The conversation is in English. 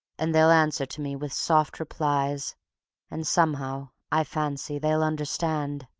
and they'll answer to me with soft replies and somehow i fancy they'll understand.